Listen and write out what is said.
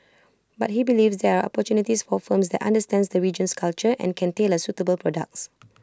but he believes there are opportunities for firms that understands the region's culture and can tailor suitable products